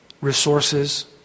resources